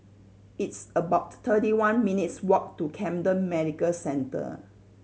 it's about thirty one minutes' walk to Camden Medical Centre